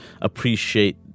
appreciate